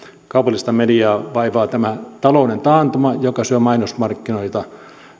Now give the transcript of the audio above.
kaupallista mediaa vaivaa tämä talouden taantuma joka syö mainosmarkkinoita